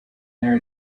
there